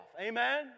Amen